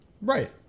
Right